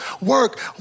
work